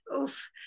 Oof